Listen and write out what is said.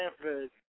Stanford